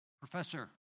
Professor